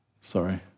Sorry